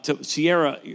Sierra